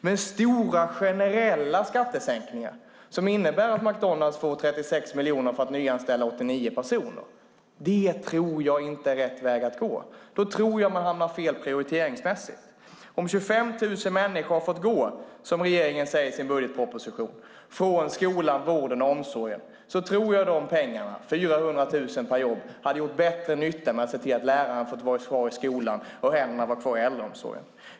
Men stora generella skattesänkningar som innebär att McDonalds får 36 miljoner för att nyanställa 89 personer tror jag inte är rätt väg att gå. Då tror jag att man hamnar fel prioriteringsmässigt. Om 25 000 människor har fått gå, som regeringen säger i sin budgetproposition, från skolan, vården och omsorgen tror jag att de pengarna, 400 000 kronor per jobb, hade gjort bättre nytta genom att se till att lärarna hade fått vara kvar i skolan och händerna kvar i äldreomsorgen.